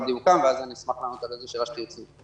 דיוקם ואז אני אשמח לענות על כל שאלה שתרצו.